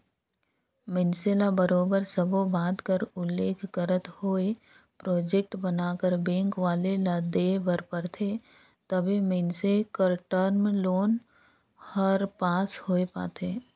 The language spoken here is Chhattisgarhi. मइनसे ल बरोबर सब्बो बात कर उल्लेख करत होय प्रोजेक्ट बनाकर बेंक वाले ल देय बर परथे तबे मइनसे कर टर्म लोन हर पास होए पाथे